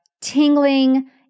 tingling